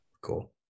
cool